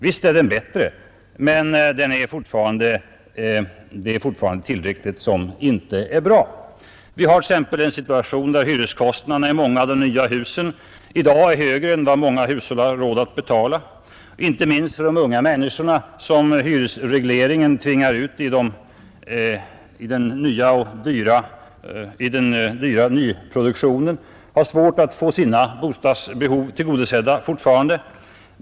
Visst är den bättre, men det är tillräckligt mycket som ännu inte är bra. Hyreskostnaderna i många av de nya husen är i dag högre än vad många hushåll har råd att betala. Inte minst de unga människorna som hyresregleringen tvingar in i den dyra nyproduktionen har fortfarande svårt att få sina bostadsbehov tillgodosedda.